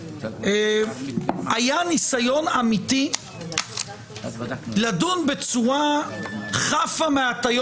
היה ניסיון אמיתי לדון בצורה חפה מהטיות